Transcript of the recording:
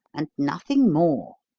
and nothing more.